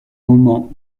moment